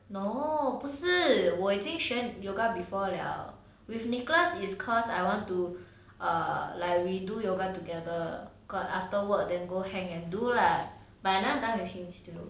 no 不是我已经学 yoga before 了 with nicholas is cause I want to err like we do yoga together got after work then go hang and do lah but now done with him is to